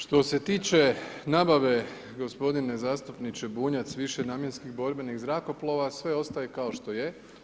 Što se tiče nabave g. zastupniče Bunjac više namjenskih borbenih zrakoplova, sve ostaje kao što je.